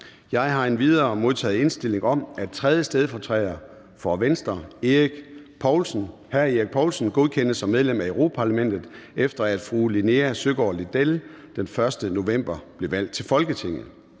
Jeg har endvidere modtaget indstilling om, at 3. stedfortræder for Venstre, Erik Poulsen, godkendes som medlem af Europa-Parlamentet, efter at Linea Søgaard-Lidell den 1. november blev valgt til Folketinget.